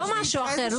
לא משהו אחר,